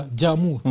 jamu